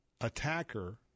attacker